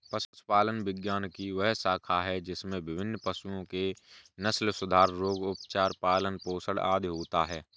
पशुपालन विज्ञान की वह शाखा है जिसमें विभिन्न पशुओं के नस्लसुधार, रोग, उपचार, पालन पोषण आदि होता है